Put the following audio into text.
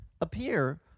appear